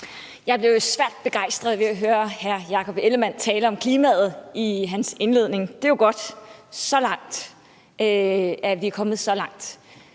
Jeg blev svært begejstret over at høre hr. Jakob Ellemann-Jensen tale om klimaet i sin indledning. Det er godt, at vi er kommet så langt,